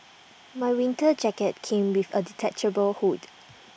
my winter jacket came with A detachable hood